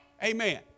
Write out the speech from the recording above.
Amen